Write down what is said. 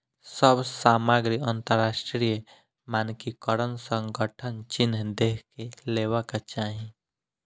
सभ सामग्री अंतरराष्ट्रीय मानकीकरण संगठनक चिन्ह देख के लेवाक चाही